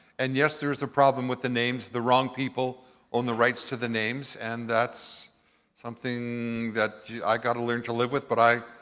and yes there is a problem with the names. the wrong people own the rights to the names and that's something that i got to learn to live with. but i.